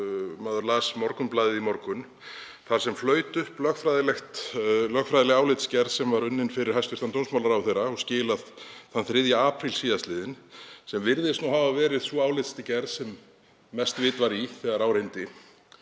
maður las Morgunblaðið í morgun þar sem flaut upp lögfræðileg álitsgerð sem unnin var fyrir hæstv. dómsmálaráðherra og skilað þann 3. apríl síðastliðinn, sem virðist hafa verið sú álitsgerð sem mest vit var í þegar á reyndi.